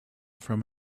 from